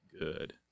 good